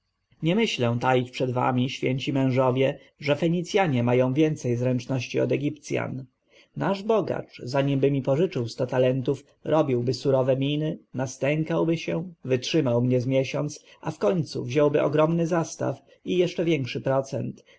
nie myślę taić przed wami święci mężowie że fenicjanie mają więcej zręczności od egipcjan nasz bogacz zanimby mi pożyczył sto talentów robiłby surowe miny nastękałby się wytrzymałby mnie z miesiąc a wkońcu wziąłby ogromny zastaw i jeszcze większy procent